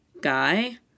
guy